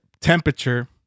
temperature